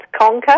conquer